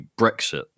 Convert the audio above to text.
Brexit